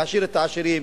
יעשיר את העשירים,